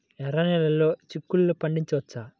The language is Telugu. ఎర్ర నెలలో చిక్కుల్లో పండించవచ్చా?